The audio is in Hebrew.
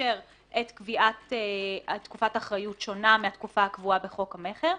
שמאפשר את קביעת תקופת אחריות שונה מתקופת אחריות הקבועה בחוק המכר,